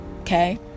Okay